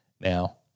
now